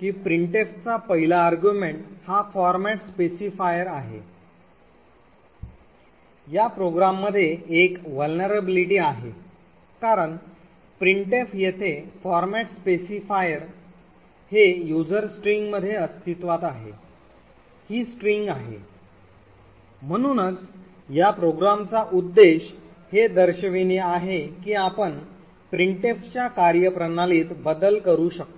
की printf चा पहिला argument हा फॉरमॅट स्पेसिफायर आहे या प्रोग्राममध्ये एक vulnerability आहे कारण printf येथे फॉर्मेट स्पेसिफायर हे user string मधे अस्तित्त्वात आहे ही स्ट्रिंग आहे म्हणूनच या प्रोग्रामचा उद्देश हे दर्शविणे आहे की आपण प्रिंटफच्या कार्यप्रणालीत बदल करू शकतो